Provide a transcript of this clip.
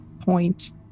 point